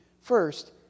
First